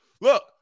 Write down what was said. Look